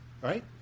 right